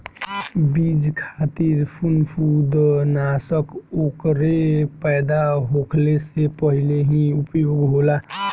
बीज खातिर फंफूदनाशक ओकरे पैदा होखले से पहिले ही उपयोग होला